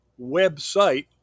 website